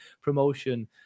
promotion